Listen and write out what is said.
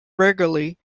regularly